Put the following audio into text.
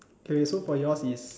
K wait so for yours is